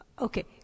Okay